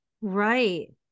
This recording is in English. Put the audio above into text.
Right